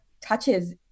touches